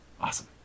Awesome